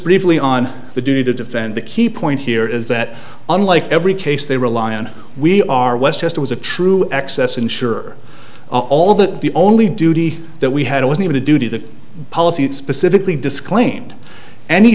briefly on the duty to defend the key point here is that unlike every case they rely on we are westchester was a true excess insurer all that the only duty that we had was even to due to the policy it specifically disclaimed any